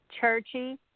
Churchy